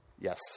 Yes